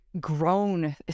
grown